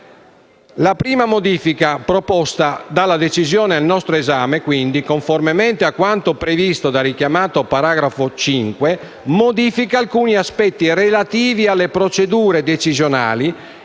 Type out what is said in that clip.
La prima modifica proposta dalla decisione al nostro esame, conformemente a quanto previsto dal richiamato paragrafo 5, riguarda alcuni aspetti relativi alle procedure decisionali